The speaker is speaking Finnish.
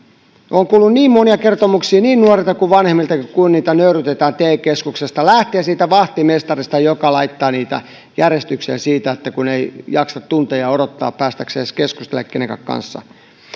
olen kuullut niin monia kertomuksia niin nuorilta kuin vanhemmiltakin kuinka heitä nöyryytetään te keskuksessa lähtien siitä vahtimestarista joka laittaa niitä järjestykseen kun ei jaksa tunteja odottaa päästäkseen edes keskustelemaan kenenkään kanssa